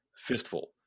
fistful